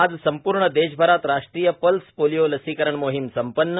आज संपूर्ण देशभरात राष्ट्रीय पल्स पोलिओ लसीकरण मोहीम संपन्न